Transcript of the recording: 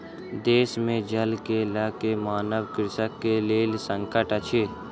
देश मे जल के लअ के तनाव कृषक के लेल संकट अछि